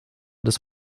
des